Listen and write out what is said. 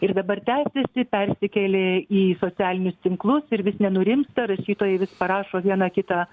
ir dabar tęsiasi persikėlė į socialinius tinklus ir vis nenurimsta rašytojai vis parašo vieną kitą